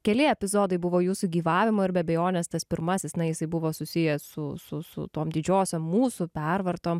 keli epizodai buvo jūsų gyvavimo ir be abejonės tas pirmasis na jisai buvo susijęs su su su tom didžiosiom mūsų pervartom